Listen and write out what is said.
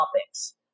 topics